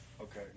okay